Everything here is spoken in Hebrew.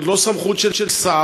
זאת לא סמכות של שר,